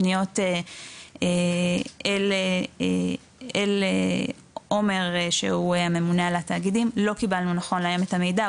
פניות אל עומר שהוא הממונה על התאגידים לא קיבלנו נכון להיום את המידע,